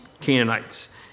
Canaanites